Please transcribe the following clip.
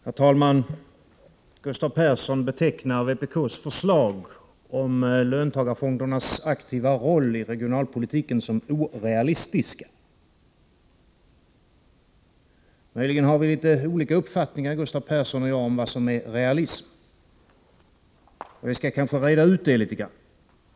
Herr talman! Gustav Persson betecknar vpk:s förslag om löntagarfondernas aktiva roll i regionalpolitiken som orealistiska. Möjligen har Gustav Persson och jag litet olika uppfattningar om vad som är realism, och vi skall kanske reda ut det litet grand.